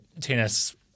tennis –